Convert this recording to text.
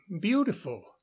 beautiful